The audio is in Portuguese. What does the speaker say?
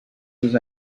dos